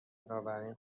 بنابراین